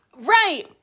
Right